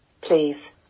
Please